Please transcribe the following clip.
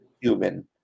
human